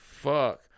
Fuck